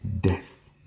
death